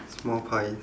small pie